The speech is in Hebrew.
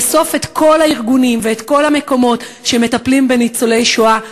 לאסוף את כל הארגונים ואת כל המקומות שמטפלים בניצולי השואה,